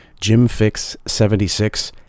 jimfix76